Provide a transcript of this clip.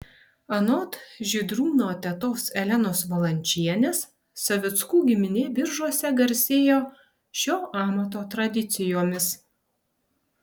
anot žydrūno tetos elenos valančienės savickų giminė biržuose garsėjo šio amato tradicijomis